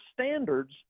standards